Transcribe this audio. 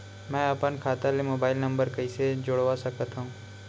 मैं अपन खाता ले मोबाइल नम्बर कइसे जोड़वा सकत हव?